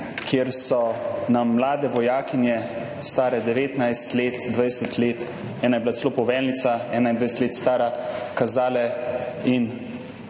kjer so nam mlade vojakinje, stare 19 let, 20 let, ena je bila celo poveljnica, 21 let stara, kazale in